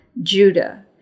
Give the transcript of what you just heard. Judah